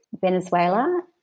Venezuela